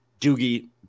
doogie